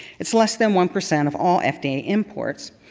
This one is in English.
it's less than one percent of all fda imports.